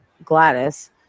Gladys